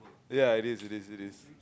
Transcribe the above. ya it is it is it is